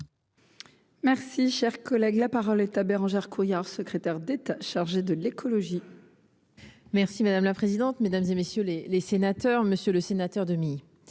Merci, cher collègue, la parole est à Bérangère Couillard, secrétaire d'État chargée de l'écologie. Merci madame la présidente, mesdames et messieurs les les sénateurs, monsieur le sénateur, vous